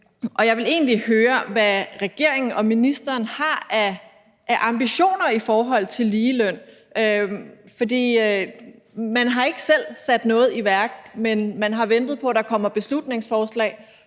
og jeg vil egentlig høre, hvad regeringen og ministeren har af ambitioner i forhold til ligeløn. For man har ikke selv sat noget i værk, men venter på, at der kommer beslutningsforslag,